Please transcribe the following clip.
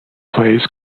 plays